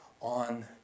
on